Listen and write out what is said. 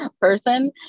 person